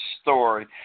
story